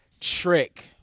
trick